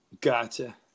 Gotcha